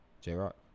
J-Rock